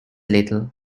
little